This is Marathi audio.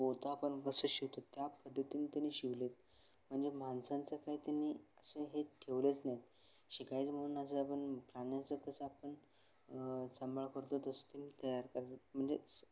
पोतं आपण कसं शिवतो त्या पद्धतीने त्यांनी शिवले आहेत म्हणजे माणसांचं काही त्यांनी असं हे ठेवलेच नाहीत शिकायचं म्हणून असं आपण प्राण्यांचं कसं आपन सांभाळ करतो तसं त्यांनी तयार करतो म्हणजे असं